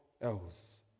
else